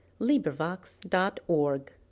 LibriVox.org